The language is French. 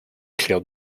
clair